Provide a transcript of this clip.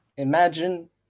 Imagine